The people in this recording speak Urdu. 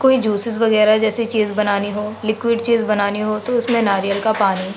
کوئی جوسیز وغیرہ جیسی چیز بنانی ہو لکویڈ چیز بنانی ہو تو اس میں ناریل کا پانی